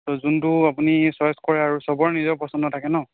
যোনটো আপুনি চইচ কৰে আৰু সবৰ নিজৰ পচন্দ থাকে ন